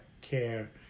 care